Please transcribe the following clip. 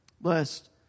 Blessed